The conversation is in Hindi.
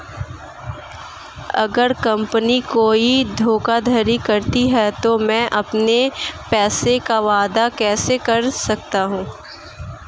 अगर कंपनी कोई धोखाधड़ी करती है तो मैं अपने पैसे का दावा कैसे कर सकता हूं?